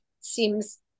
seems